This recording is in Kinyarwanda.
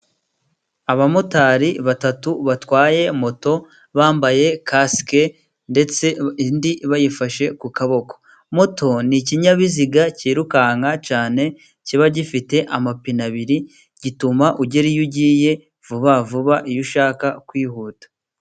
Abamotari batatu batwaye moto, bambaye kasike ndetse indi bayifashe ku kaboko. Moto ni ikinyabiziga cyirukanka cyane kiba gifite amapine abiri, gituma ugera iyo ugiye vuba vuba iyo ushaka kwihuta.